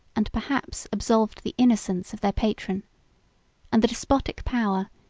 and perhaps absolved the innocence of their patron and the despotic power,